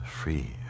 free